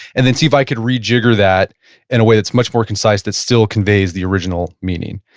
and then see if i could rejigger that in a way that's much more concise that still conveys the original meaning.